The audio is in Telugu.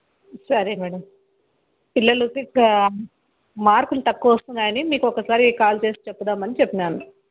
సరే మేడం పిల్లలు కిలా మార్కులు తక్కువవస్తున్నాయని మీకొకసారి కాల్ చేసి చెప్దామని చెప్పాను